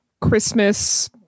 Christmas